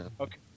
Okay